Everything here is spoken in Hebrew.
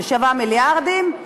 ששווה מיליארדים,